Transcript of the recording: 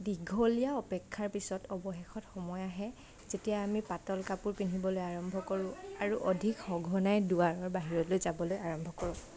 দীঘলীয়া অপেক্ষাৰ পিছত অৱশেষত সময় আহে যেতিয়া আমি পাতল কাপোৰ পিন্ধিবলৈ আৰম্ভ কৰোঁ আৰু অধিক সঘনাই দুৱাৰৰ বাহিৰলৈ যাবলৈ আৰম্ভ কৰোঁ